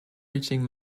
reaching